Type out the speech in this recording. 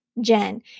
Jen